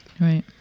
Right